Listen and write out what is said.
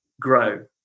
grow